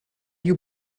you